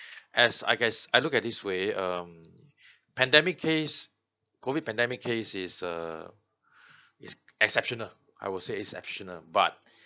as I as I look at this way um pandemic case COVID pandemic case is err is exceptional I would say is exceptional but